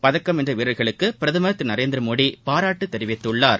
பதக்கம் வென்ற வீரர்களுக்கு பிரதமர் திரு நரேந்திரமோடி பாராட்டு தெரிவித்துள்ளார்